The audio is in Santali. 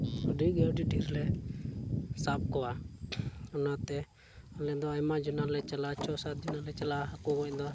ᱟᱹᱰᱤᱜᱮ ᱟᱹᱰᱤ ᱰᱷᱮᱨ ᱞᱮ ᱥᱟᱵ ᱠᱚᱣᱟ ᱚᱱᱟᱛᱮ ᱟᱞᱮ ᱫᱚ ᱟᱭᱢᱟ ᱡᱚᱱᱟ ᱞᱮ ᱪᱟᱞᱟᱜᱼᱟ ᱪᱷᱚ ᱥᱟᱛ ᱡᱚᱱᱟ ᱞᱮ ᱪᱟᱞᱟᱜᱼᱟ ᱦᱟᱹᱠᱩ ᱜᱚᱡ ᱫᱚ